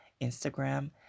Instagram